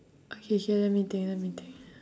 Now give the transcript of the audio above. okay K let me think let me think